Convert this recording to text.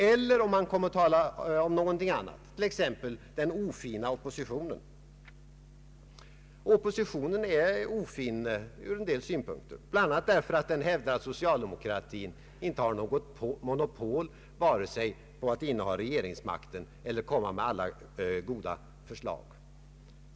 Eller kommer man att tala om något annat, t.ex. den ofina oppositionen? Ja, oppo sitionen är ofin ur en del synpunkter, bl.a. därför att den hävdar att socialdemokratin inte har något monopol vare sig på att inneha regeringsmakten eller på att komma med alla goda förslag.